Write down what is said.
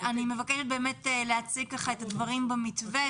מבקשת להציג את הדברים במתווה,